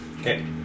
Okay